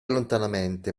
lontanamente